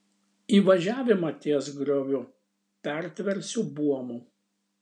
įvažiavimą ties grioviu pertversiu buomu